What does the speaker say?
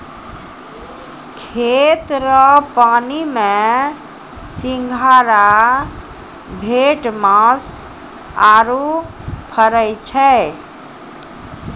खेत रो पानी मे सिंघारा, भेटमास आरु फरै छै